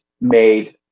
made